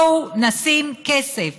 בואו נשים כסף,